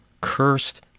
Cursed